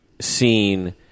seen